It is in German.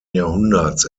jahrhunderts